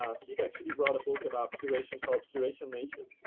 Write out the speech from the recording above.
ah steve actually wrote a book about curation called curation nation.